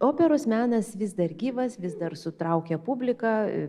operos menas vis dar gyvas vis dar sutraukia publiką